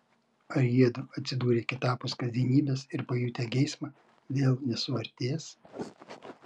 ar jiedu atsidūrę kitapus kasdienybės ir pajutę geismą vėl nesuartės